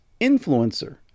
Influencer